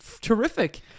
terrific